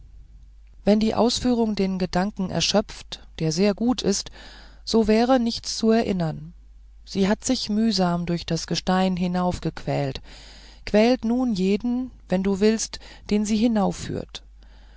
wenn die ausführung den gedanken erschöpfte der sehr gut ist so wäre nichts zu erinnern sie hat sich mühsam durch das gestein hinaufgequält und quält nun jeden wenn du willst den sie